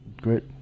great